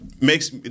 Makes